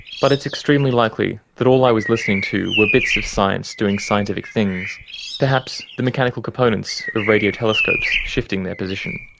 but it's extremely likely that all i was listening to were bits of science doing scientific things perhaps, the mechanical components of radiotelescopes shifting their position.